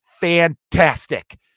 fantastic